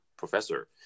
professor